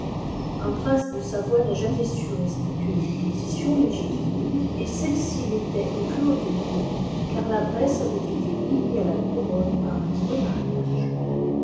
un prince de savoie n'a jamais su restituer une acquisition légitime et celle-ci l'était au plus haut degré car la bresse avait été unie à la couronne par un heureux mariage